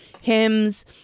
Hymns